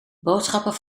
boodschappen